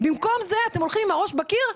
במקום זה אתם הולכים עם הראש בקיר,